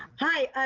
hi.